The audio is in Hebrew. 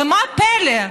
ומה הפלא?